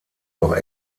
auch